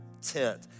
tent